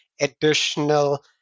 additional